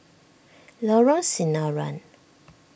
Lorong Sinaran